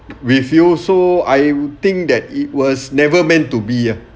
we feel so I would think that it was never meant to be ah